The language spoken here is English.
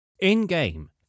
In-game